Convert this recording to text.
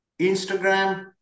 Instagram